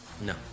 No